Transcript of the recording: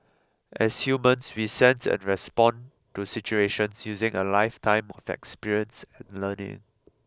as humans we sense and respond to situations using a lifetime of experience and learning